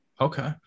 Okay